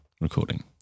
recording